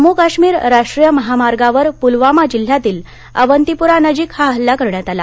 जम्मू काश्मीर राष्ट्रीय महामार्गावर पूलवामा जिल्ह्यातील अवन्तिपोरा नजीक हा हल्ला करण्यात आला